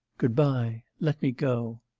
good-bye. let me go